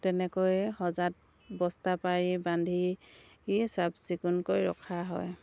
তেনেকৈয়ে সঁজাত বস্তা পাৰি বান্ধি ই চাফ চিকুণকৈ ৰখা হয়